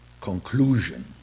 conclusion